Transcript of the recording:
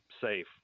safe